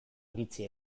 iritzi